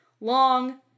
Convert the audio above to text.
long